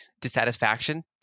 dissatisfaction